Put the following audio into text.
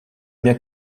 bien